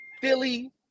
Philly